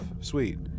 Sweet